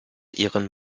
ihren